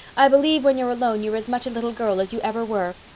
i believe when you're alone you're as much a little girl as you ever were.